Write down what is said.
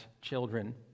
children